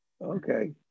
Okay